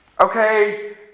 Okay